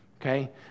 Okay